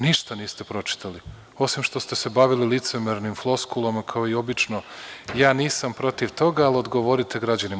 Ništa niste pročitali, osim što ste se bavili licemernim floskulama kao i obično – ja nisam protiv toga, ali odgovorite građanima.